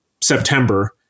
September